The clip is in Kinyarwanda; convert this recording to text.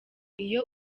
iyo